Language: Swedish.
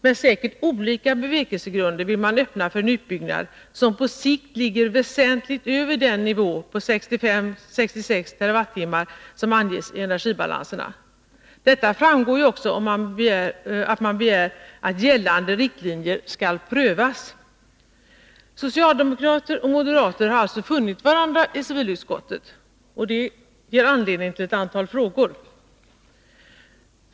Med säkerligen olika bevekelsegrunder vill man öppna för en utbyggnad, som på sikt ligger väsentligt över den nivå på 65-66 TWh som anges i energibalanserna. Detta framgår ju också av att man begär att gällande riktlinjer skall prövas. Socialdemokrater och moderater har alltså funnit varandra i civilutskottet. Det ger anledning till ett antal frågor.